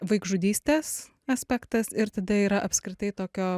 vaikžudystės aspektas ir tada yra apskritai tokio